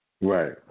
Right